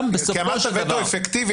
כי אמרת "וטו אפקטיבי".